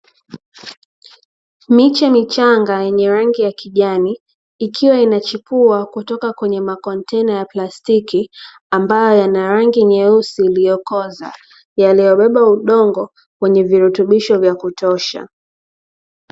Miche michanga yenye rangi ya kijani ikiwa inachipua kutoka kwenye makontena ya plastiki ambayo yana rangi nyeusi iliyokoza, yaliyobeba udongo wenye virutubisho vya kutosha.